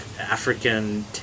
african